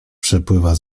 przepływa